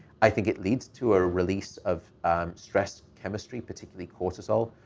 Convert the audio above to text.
i think it leads to a release of stress chemistry, particularly cortisol.